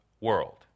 world